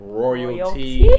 royalty